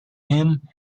him